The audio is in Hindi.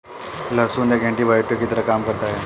लहसुन एक एन्टीबायोटिक की तरह काम करता है